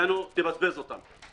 יענו: תבזבז את הכסף.